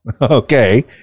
Okay